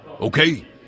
Okay